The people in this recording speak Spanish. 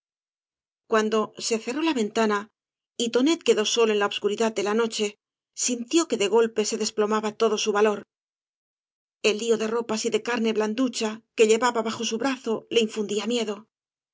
cuando se cerró la ventana y tonet quedó solo en la obscuridad de la noche sintió que de golpe se desplomaba todo su valor el lío de ropas y de carne blanducha que llevaba bajo su brazo le infundía miedo